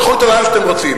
תיקחו אותה לאן שאתם רוצים.